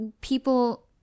people